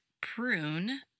prune